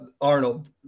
arnold